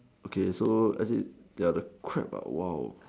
okay so as in ya the crab !wow!